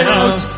out